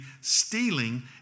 stealing